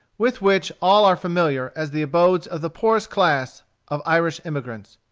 with which all are familiar as the abodes of the poorest class of irish emigrants.